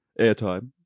Airtime